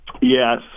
Yes